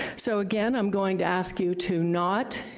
so again, i'm going to ask you to not,